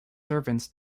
servants